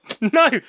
No